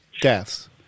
deaths